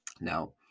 Now